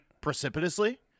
precipitously